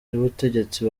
y’ubutegetsi